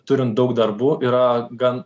turint daug darbų yra gan